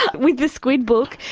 but with the squid book,